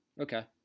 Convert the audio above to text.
Okay